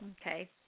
Okay